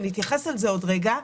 ונתייחס לזה בעוד רגע.